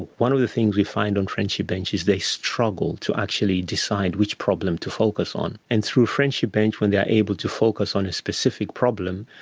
one of the things we find on friendship bench is they struggle to actually decide which problem to focus on. and through friendship bench when they are able to focus on a specific problem,